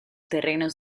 terrenos